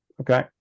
okay